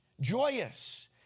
joyous